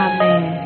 Amen